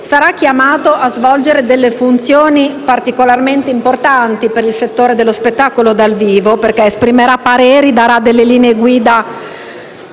sarà chiamato a svolgere le funzioni particolarmente importanti per il settore dello spettacolo dal vivo, perché esprimerà pareri, darà le linee guida